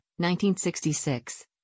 1966